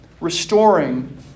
restoring